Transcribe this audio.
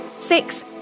six